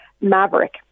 Maverick